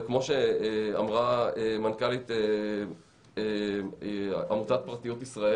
וכמו שאמרה מנכ"לית עמותת פרטיות לישראל